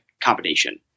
combination